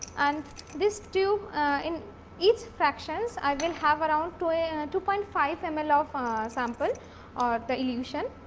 and this tube in each fractions, i will have around two point five and ml of um sample or the elution.